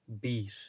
beat